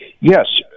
Yes